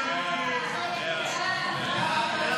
הצבעה.